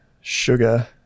sugar